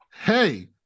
Hey